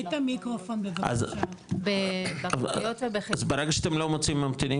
אז ברגע שאתם לא מוצאים ממתינים,